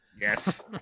Yes